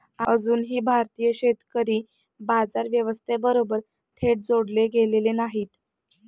अजूनही भारतीय शेतकरी बाजार व्यवस्थेबरोबर थेट जोडले गेलेले नाहीत